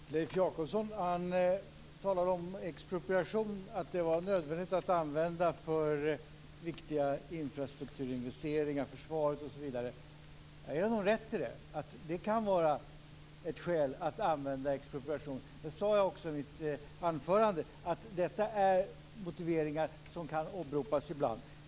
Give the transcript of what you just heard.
Fru talman! Leif Jakobsson talar om att det är nödvändigt att använda expropriation för viktiga infrastrukturinvesteringar, för försvaret osv. Jag ger honom rätt i det. Det kan vara ett skäl för att använda expropriation. Jag sade också i mitt anförande att detta är motiveringar som kan åberopas ibland.